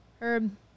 Herb